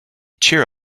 cheer